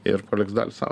ir paliks dalį sa